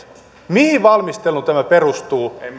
mihin valmisteluun tämä perustuu